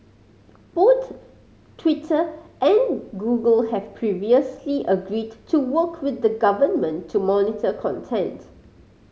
both Twitter and Google have previously agreed to work with the government to monitor content